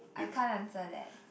I can't answer that